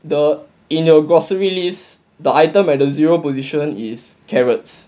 the in your grocery list the item at the zero position is carrots